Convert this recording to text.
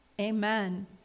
Amen